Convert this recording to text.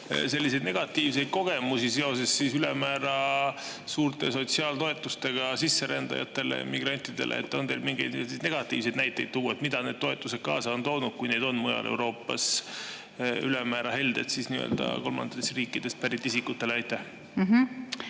selliseid negatiivseid kogemusi seoses ülemäära suurte sotsiaaltoetustega sisserändajatele, migrantidele? On teil mingeid negatiivseid näiteid tuua, mida need toetused kaasa on toonud, kui neid on mujal Euroopas ülemäära heldelt [makstud] kolmandatest riikidest pärit isikutele? Aitäh,